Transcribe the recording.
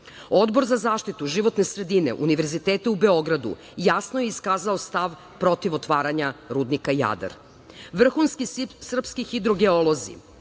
Odbor za zaštitu životne sredine Univerziteta u Beogradu jasno je iskazao stav protiv otvaranja rudnika "Jadar".Vrhunski srpski hidrogeolozi